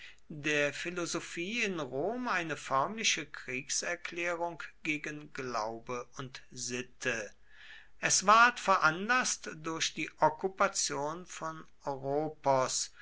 der philosophie in rom eine förmliche kriegserklärung gegen glaube und sitte es ward veranlaßt durch die okkupation von oropos